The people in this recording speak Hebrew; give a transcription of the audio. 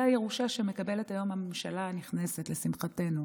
זו הירושה שמקבלת היום הממשלה הנכנסת, לשמחתנו.